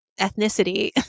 ethnicity